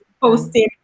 posting